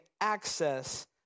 access